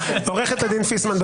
עו"ד פיסמן,